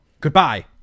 goodbye